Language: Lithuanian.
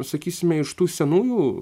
sakysime iš tų senųjų